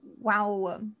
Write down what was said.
wow